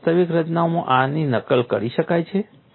શું વાસ્તવિક રચનાઓમાં આની નકલ કરી શકાય છે